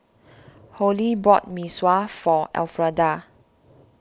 Holli bought Mee Sua for Alfreda